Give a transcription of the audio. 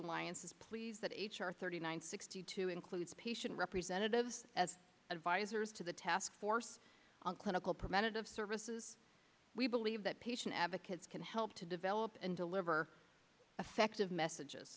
alliance is pleased that h r thirty nine sixty two includes patient representatives as advisors to the task force on clinical preventative services we believe that patient advocates can help to develop and deliver effective messages